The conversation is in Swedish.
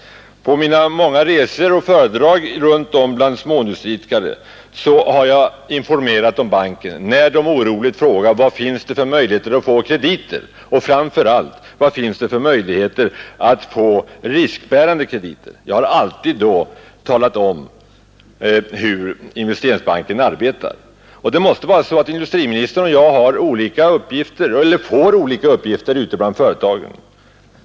På mina många föredragsresor runt om bland småindustriidkare har jag informerat om banken, när de oroligt har frågat: Vad finns det för möjligheter att få krediter, framför allt riskbärande krediter? Och jag har då alltid talat om hur Investeringsbanken arbetar. Det måste vara så att industriministern och jag får olika uppgifter ute bland företagen.